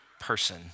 person